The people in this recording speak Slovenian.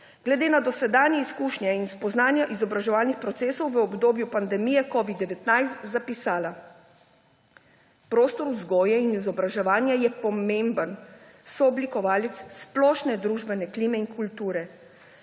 glede na dosedanje izkušnje in spoznanja izobraževalnih procesov v obdobju pandemije covida-19 zapisala: »Prostor vzgoje in izobraževanja je pomemben sooblikovalec splošne družbene klime in kulture.